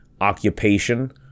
occupation